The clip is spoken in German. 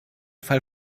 fall